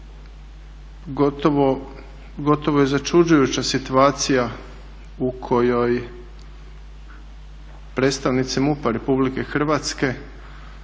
Gotovo je začuđujuća situacija u kojoj predstavnici MUP-a RH govore da ne